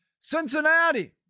Cincinnati